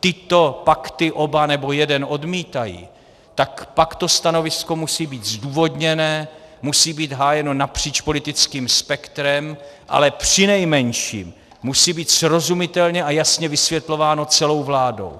tyto pakty oba, nebo jeden, odmítají, tak pak to stanovisko musí být zdůvodněné, musí být hájeno napříč politickým spektrem, ale přinejmenším musí být srozumitelně a jasně vysvětlováno celou vládou.